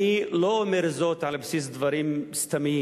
אני לא אומר זאת על בסיס דברים סתמיים,